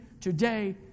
today